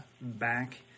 back